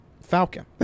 Falcon